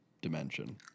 dimension